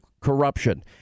corruption